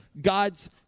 God's